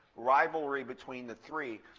rivalry between the three.